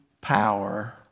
power